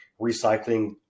recycling